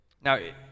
Now